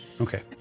Okay